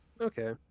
Okay